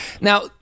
Now